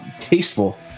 tasteful